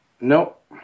Nope